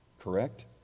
Correct